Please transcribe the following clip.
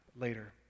later